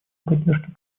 поддержки